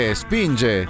spinge